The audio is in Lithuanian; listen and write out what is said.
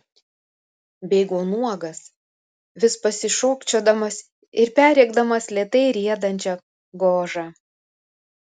bėgo nuogas vis pasišokčiodamas ir perrėkdamas lėtai riedančią gožą